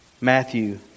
Matthew